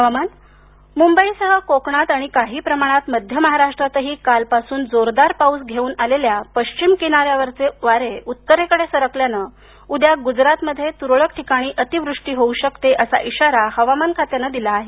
हवामान मुंबईसह कोकणात आणि काहीप्रमाणात मध्य महाराष्ट्रातही कालपासून जोरदार पाऊस घेऊन आलेल्या पश्चिम किनाऱ्याचे वारे उत्तरेकडे सरकल्यानं उद्या गुजरातमध्ये तुरळक ठिकाणी अति वृष्टी होऊ शकते असा इशारा हवामान खात्यानं दिला आहे